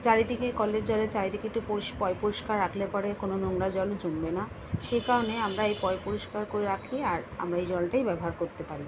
চারিদিকে কলের জলের চারিদিকে একটু পরিষ পই পরিষ্কার রাখলে পরে কোনো নোংরা জল জমবে না সেই কারণে আমরা এই পই পরিষ্কার করে রাখি আর আমরা এই জলটাই ব্যবহার করতে পারি